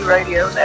Radio